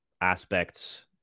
aspects